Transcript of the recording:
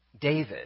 David